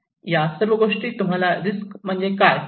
या सर्व गोष्टी तुम्हाला रिस्क म्हणजे काय